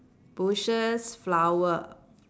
bushes flower